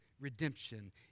redemption